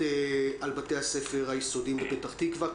על בתי הספר היסודיים בפתח תקווה,